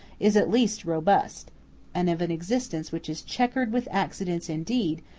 is at least robust and of an existence which is checkered with accidents indeed,